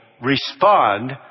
respond